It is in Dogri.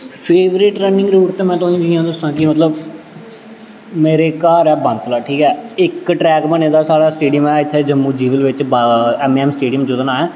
फेवरट रन्निंग रूट ते में तुहानूं जि'यां दस्सां कि मतलब मेरे घर ऐ बनतलाब ठीक ऐ इक ट्रैक बने दा साढ़ा स्टेडियम ऐ इत्थै जम्मू जीवल बिच्च बावा ऐम्म ए ऐम्म स्टेडियम जेह्दा नांऽ ऐ